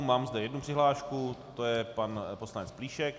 Mám zde jednu přihlášku, to je pan poslanec Plíšek.